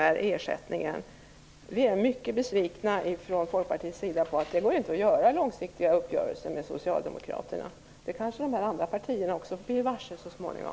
Vi från Folkpartiet är mycket besvikna över att det inte går att göra långsiktiga uppgörelser med Socialdemokraterna. Det kanske dessa andra partier blir varse så småningom.